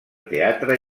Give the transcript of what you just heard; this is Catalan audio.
teatre